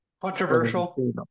controversial